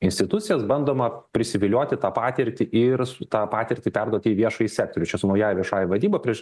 institucijas bandoma prisivilioti tą patirtį ir s tą patirtį perduoti į viešąjį sektorių čia su naująja viešąja vadyba prieš